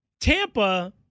Tampa